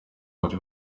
bari